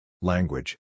Language